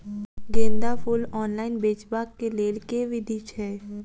गेंदा फूल ऑनलाइन बेचबाक केँ लेल केँ विधि छैय?